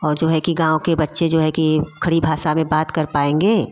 और जो है कि गाँव के बच्चे जो है कि खड़ी भाषा में बात कर पाएँगे